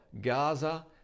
Gaza